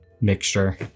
mixture